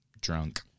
drunk